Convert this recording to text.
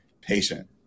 patient